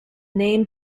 name